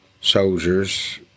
soldiers